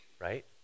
right